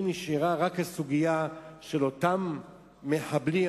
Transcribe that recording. אם נשארה רק הסוגיה של אותם מחבלים,